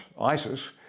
ISIS